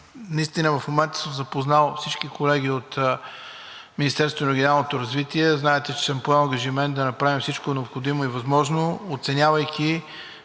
наистина в момента съм запознал всички колеги от Министерството на регионалното развитие. Знаете, че съм поел ангажимент да направим всичко необходимо и възможно, оценявайки